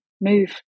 move